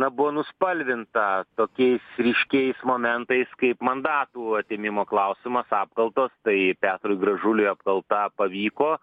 na buvo nuspalvinta tokiais ryškiais momentais kaip mandatų atėmimo klausimas apkaltos tai petrui gražuliui apkalta pavyko